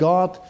God